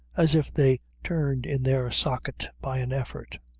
as if they turned in their socket by an effort.